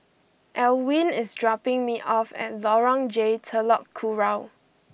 Elwin is dropping me off at Lorong J Telok Kurau